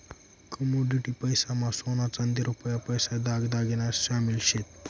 commodity पैसा मा सोना चांदी रुपया पैसा दाग दागिना शामिल शेत